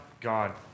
God